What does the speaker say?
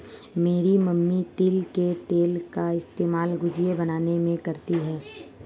मेरी मम्मी तिल के तेल का इस्तेमाल गुजिया बनाने में करती है